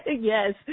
Yes